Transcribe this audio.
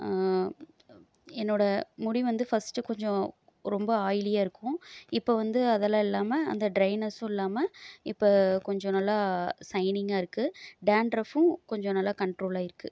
என்னோடய முடி வந்து பஸ்ட்டு கொஞ்சம் ரொம்ப ஆய்லியாக இருக்கும் இப்போ வந்து அதெல்லாம் இல்லாமல் அந்த ட்ரைனஸும் இல்லாமல் இப்போ கொஞ்சம் நல்லா சைனிங்காக இருக்குது டேன்ட்ரஃப்பும் கொஞ்சம் நல்லா கண்ட்ரோலாயிருக்குது